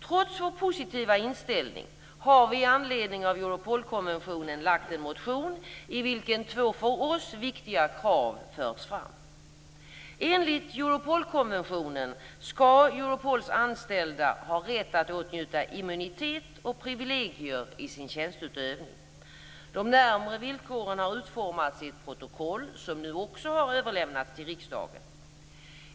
Trots vår positiva inställning har vi i anledning av Europolkonventionen lagt fram en motion, i vilken två för oss viktiga krav förs fram. Enligt Europolkonventionen skall Europols anställda ha rätt att åtnjuta immunitet och privilegier i sin tjänsteutövning. De närmare villkoren har utformats i ett protokoll, som nu också har överlämnats till riksdagen.